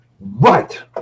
right